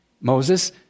Moses